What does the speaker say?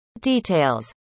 Details